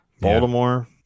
Baltimore